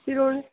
फिर